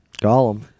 Gollum